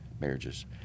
marriages